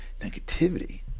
negativity